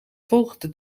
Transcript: volgde